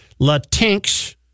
Latinx